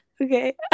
okay